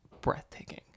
breathtaking